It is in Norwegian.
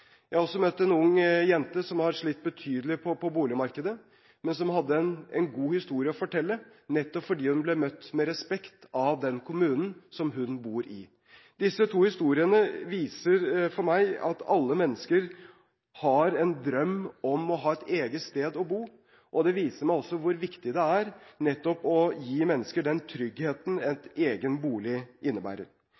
Jeg har også møtt en ung jente som har slitt betydelig på boligmarkedet, men som hadde en god historie å fortelle, nettopp fordi hun ble møtt med respekt av den kommunen som hun bor i. Disse to historiene viser for meg at alle mennesker har en drøm om å ha et eget sted å bo, og det viser meg også hvor viktig det er nettopp å gi mennesker den tryggheten